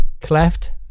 Cleft